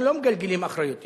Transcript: אנחנו לא מגלגלים אחריות.